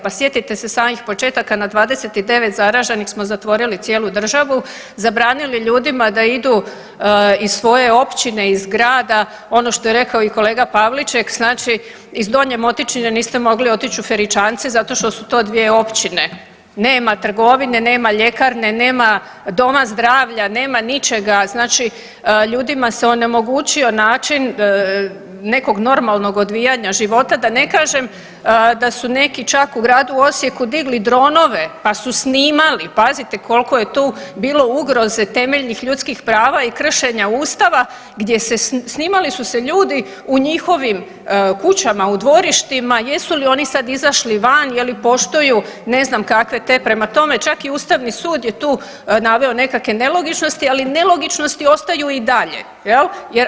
Pa sjetite se samih početaka na 29 zaraženih smo zatvorili cijelu državu, zabranili ljudima da idu iz svoje općine, iz grada, ono što je rekao i kolega Pavliček znači iz Donje Motičine niste mogli otići u Feričance zato što su to 2 općine, nema trgovine, nema ljekarne, nema doma zdravlja, nema ničega, znači ljudima se onemogućio način nekog normalnog odvijanja života da ne kažem da su neki čak u gradu Osijeku digli dronove pa su snimali, pazite koliko je tu bilo ugroze temeljnih ljudskih prava i kršenja Ustava, gdje se, snimali su se ljudi u njihovim kućama u dvorištima, jesu li oni sad izašli van, je li poštuju ne znam kakve te, prema tome čak i Ustavni sud je tu naveo nekakve nelogičnosti, ali nelogičnosti ostaju i dalje jel.